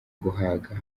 guhaga